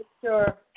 sure